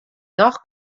noch